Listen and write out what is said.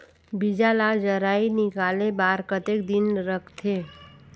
बीजा ला जराई निकाले बार कतेक दिन रखथे?